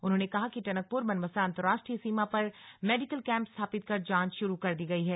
उन्होंने कहा कि टनकपुर बनबसा अन्तर्राष्ट्रीय सीमा पर मेडिकल कैम्प स्थापित कर जांच शुरू कर दी गई है